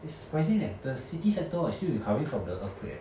is surprising leh the city center hor is still recovering from the earthquake leh